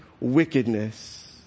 wickedness